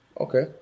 Okay